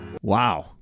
wow